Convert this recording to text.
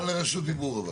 הכול לרשות דיבור.